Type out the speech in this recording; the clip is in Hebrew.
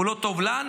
הוא לא טוב לנו,